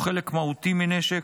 או חלק מהותי מנשק,